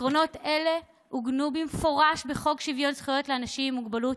עקרונות אלה עוגנו במפורש בחוק שוויון זכויות לאנשים עם מוגבלות